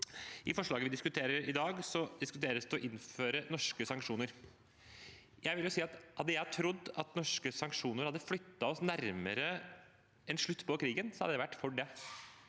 I forslaget vi diskuterer i dag, diskuteres det å innføre norske sanksjoner. Hadde jeg trodd at norske sanksjoner hadde flyttet oss nærmere en slutt på krigen, hadde jeg vært for det.